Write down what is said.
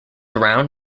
round